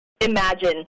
imagine